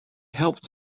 helped